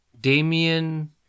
Damien